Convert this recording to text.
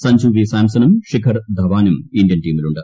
Sanju V സാംസണും ശിഖർ ധവാനും Indian ടീമിലുണ്ട്